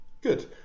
good